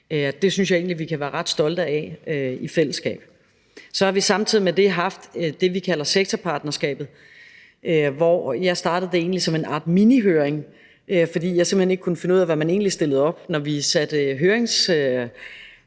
Det synes jeg egentlig at vi kan være ret stolte af i fællesskab. Så har vi samtidig med det haft det, vi kalder sektorpartnerskabet, som jeg egentlig startede som en art minihøring, fordi jeg simpelt hen ikke kunne finde ud af, hvad man egentlig stillede op, når vi satte høringsperioden